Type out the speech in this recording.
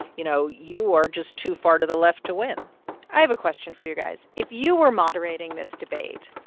you know, you are just too far to the left to win i have a question for you guys. if you were moderating this debate,